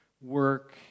work